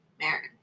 marriage